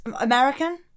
American